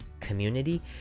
community